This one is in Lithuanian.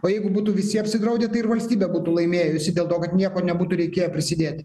o jeigu būtų visi apsidraudę tai ir valstybė būtų laimėjusi dėl to kad nieko nebūtų reikėję prisidėti